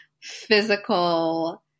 physical